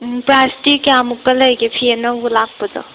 ꯎꯝ ꯄ꯭ꯔꯥꯏꯖꯇꯤ ꯀꯌꯥꯃꯨꯛꯀ ꯂꯩꯒꯦ ꯐꯤ ꯑꯅꯧꯕ ꯂꯥꯛꯄꯗꯣ